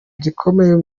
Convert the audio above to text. gikomeye